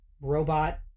robot